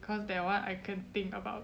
cause that one I can think about